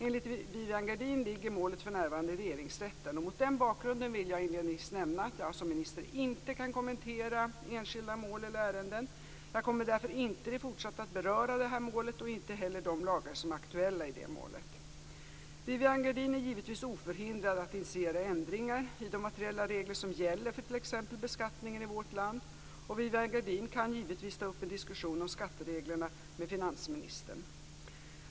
Enligt Viviann Gerdin ligger målet för närvarande i Mot denna bakgrund vill jag inledningsvis nämna att jag som minister inte kan kommentera enskilda mål eller ärenden. Jag kommer därför inte i det fortsatta att beröra detta mål och inte heller de lagar som är aktuella i det målet. Viviann Gerdin är givetvis oförhindrad att initiera ändringar i de materiella regler som gäller för t.ex. beskattningen i vårt land. Viviann Gerdin kan givetvis ta upp en diskussion om skattereglerna med finansministern.